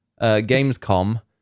Gamescom